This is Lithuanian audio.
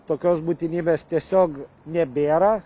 tokios būtinybės tiesiog nebėra